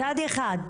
היא מצאה את